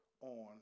on